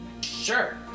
Sure